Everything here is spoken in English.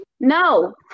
No